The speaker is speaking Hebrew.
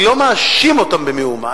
אני לא מאשים אותם במאומה,